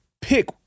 pick